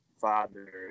father